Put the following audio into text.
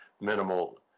minimal